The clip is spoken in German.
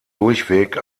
durchweg